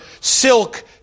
silk